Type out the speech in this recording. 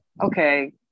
okay